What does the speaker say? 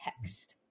text